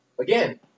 Again